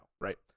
right